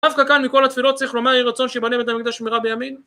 דווקא כאן מכל התפילות צריך לומר יהי רצון שיבנה בית המקדש במהרה בימינו?